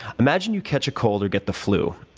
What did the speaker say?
imagine you catch a cold or get the flu.